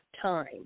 time